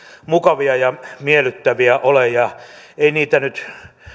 mukavia ja miellyttäviä ole ja ei niitä nyt